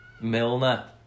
Milner